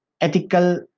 ethical